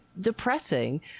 depressing